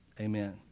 Amen